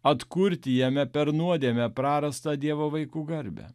atkurti jame per nuodėmę prarastą dievo vaikų garbę